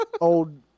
old